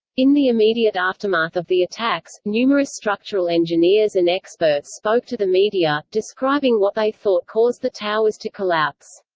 in the immediate aftermath of the attacks, numerous structural engineers and experts spoke to the media, describing what they thought caused the towers to collapse.